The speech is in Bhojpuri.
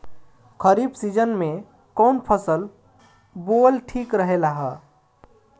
खरीफ़ सीजन में कौन फसल बोअल ठिक रहेला ह?